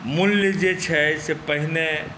मूल्य जे छै से पहिने